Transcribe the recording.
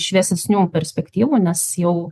šviesesnių perspektyvų nes jau